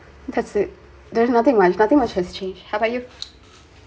that's it there's nothing much nothing much has changed how about you